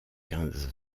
quinze